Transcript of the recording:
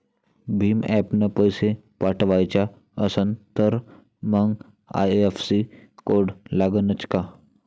भीम ॲपनं पैसे पाठवायचा असन तर मंग आय.एफ.एस.सी कोड लागनच काय?